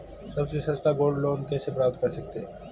सबसे सस्ता gold loan कैसे प्राप्त कर सकते हैं?